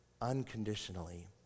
unconditionally